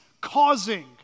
causing